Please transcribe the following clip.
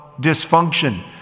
dysfunction